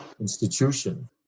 institution